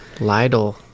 Lytle